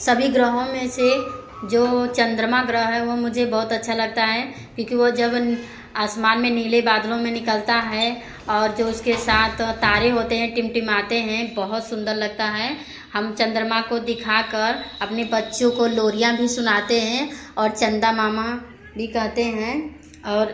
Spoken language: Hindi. सभी ग्रहों में से जो चंद्रमा ग्रह है वह मुझे बहुत अच्छा लगता है क्योंकि वो जब आसमान में नीले बादलों में निकलता है और जो उसके साथ तारे होते हैं टिमटिमाते हैं बहुत सुंदर लगता है हम चंद्रमा को दिखा कर अपने बच्चों को लोरियाँ भी सुनाते हैं और चंदा मामा भी कहते हैं और